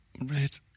Red